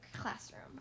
classroom